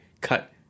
cut